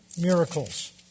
miracles